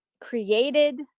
created